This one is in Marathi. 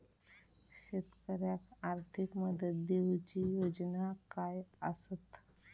शेतकऱ्याक आर्थिक मदत देऊची योजना काय आसत?